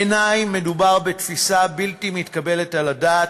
בעיני, מדובר בתפיסה בלתי מתקבלת על הדעת,